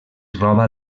roba